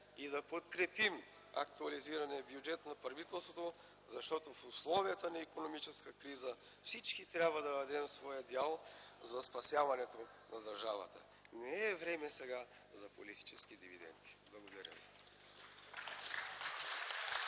и да подкрепим актуализирания бюджет на правителството, защото в условията на икономическа криза всички трябва да дадем своя дял за спасяването на държавата. Не е време сега за политически дивиденти. Благодаря ви.